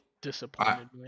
Disappointed